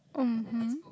mmhmm